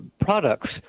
products